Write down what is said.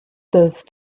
peuvent